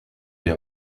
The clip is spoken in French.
des